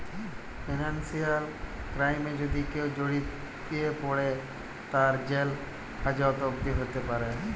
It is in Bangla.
ফিনান্সিয়াল ক্রাইমে যদি কেউ জড়িয়ে পরে, তার জেল হাজত অবদি হ্যতে প্যরে